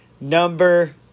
number